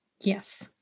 Yes